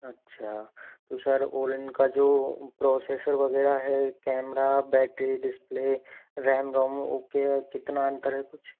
अच्छा तो सर और इनका जो प्रोसेसर वगैरह है camera battery display RAM ROM okay है कितना अंतर है कुछ